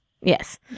yes